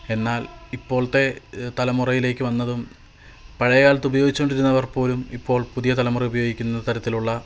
എന്നാൽ ഇപ്പോളത്തെ തലമുറയിലേക്ക് വന്നതും പഴയകാലത്ത് ഉപയോഗിച്ച് കൊണ്ടിരുന്നവർ പോലും ഇപ്പോൾ പുതിയ തലമുറ ഉപയോഗിക്കുന്ന തരത്തിലുള്ള